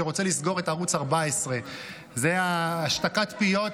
שרוצה לסגור את ערוץ 14. זו השתקת פיות,